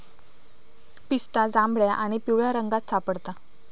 पिस्ता जांभळ्या आणि पिवळ्या रंगात सापडता